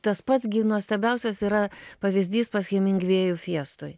tas pats gi nuostabiausias yra pavyzdys pas hemingvėjų fiestoj